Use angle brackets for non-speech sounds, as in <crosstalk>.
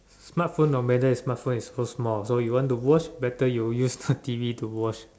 smart phone no matter smart phone is so small so you want to watch better you use <laughs> T_V to watch